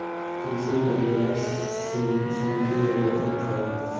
कृषि उपज बाजार समिति एगो एक्ट हवे